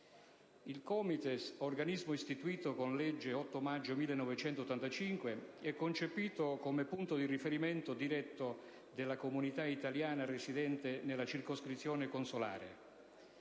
Il COMITES (organismo istituito in base alla legge 8 maggio 1985, n. 205) è concepito come punto di riferimento diretto della comunità italiana residente nella circoscrizione consolare.